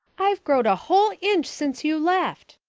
i've growed a whole inch since you left,